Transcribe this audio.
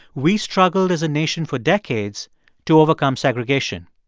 we struggled as a nation for decades to overcome segregation.